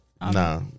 nah